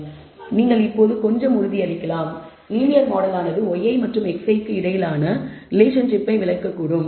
ஆமாம் நீங்கள் இப்போது கொஞ்சம் உறுதியளிக்கலாம் லீனியர் மாடல் ஆனது yi மற்றும் xi க்கு இடையிலான ரிலேஷன்ஷிப்பை விளக்கக்கூடும்